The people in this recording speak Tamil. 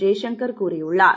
ஜெய்சங்கர் கூறியுள்ளார்